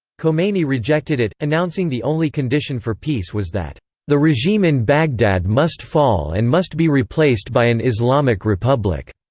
khomeini rejected it, announcing the only condition for peace was that the regime in baghdad must fall and must be replaced by an islamic republic,